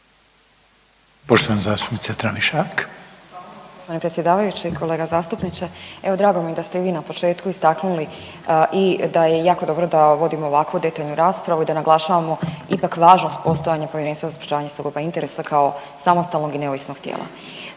Poštovana zastupnica Tramišak.